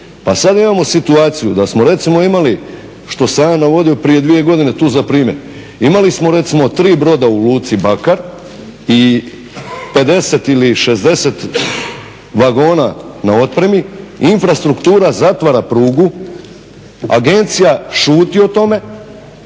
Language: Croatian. Pa sada imamo situaciju da smo recimo imali, što sam ja navodio prije dvije godine tu za primjer. Imali smo recimo tri broda u luci Bakar i 50 ili 60 vagona na otpremi, infrastruktura zatvara prugu, agencija šuti o tome,